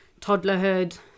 toddlerhood